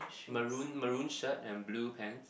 maroon maroon shirt and blue pants